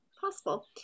Possible